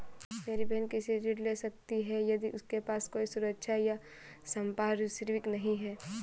मेरी बहिन कृषि ऋण कैसे ले सकती है यदि उसके पास कोई सुरक्षा या संपार्श्विक नहीं है?